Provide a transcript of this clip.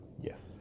Yes